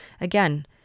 again